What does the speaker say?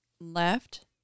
left